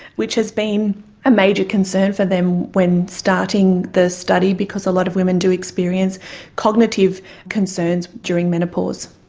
which has been a major concern for them when starting the study because a lot of women do experience cognitive concerns during menopause.